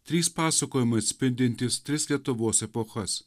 trys pasakojimai atspindintys tris lietuvos epochas